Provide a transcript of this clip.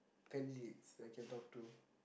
ten leads that you can talk to